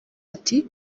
ati